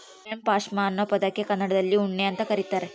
Persian ಪಾಷ್ಮಾ ಅನ್ನೋ ಪದಕ್ಕೆ ಕನ್ನಡದಲ್ಲಿ ಉಣ್ಣೆ ಅಂತ ಕರೀತಾರ